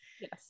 Yes